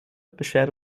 beschert